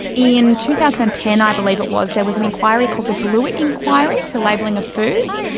in two thousand and ten i believe it was there was an inquiry called the blewett inquiry to labelling of foods,